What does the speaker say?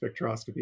spectroscopy